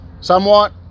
somewhat